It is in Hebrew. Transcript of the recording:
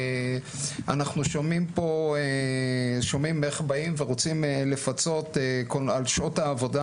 אנחנו שומעים איך באים ורוצים לפצות על שעות העבודה,